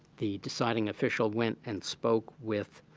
the deciding official went and spoke with,